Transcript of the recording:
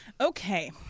Okay